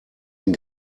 den